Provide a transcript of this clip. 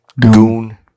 goon